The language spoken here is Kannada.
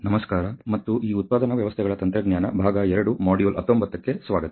ನಮಸ್ಕಾರ ಮತ್ತು ಈ ಉತ್ಪಾದನಾ ವ್ಯವಸ್ಥೆಗಳ ತಂತ್ರಜ್ಞಾನ ಭಾಗ 2 2 ಮಾಡ್ಯೂಲ್ 19 ಗೆ ಸ್ವಾಗತ